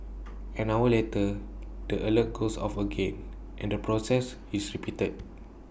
an hour later the alert goes off again and the process is repeated